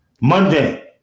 Monday